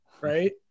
right